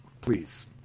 Please